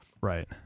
right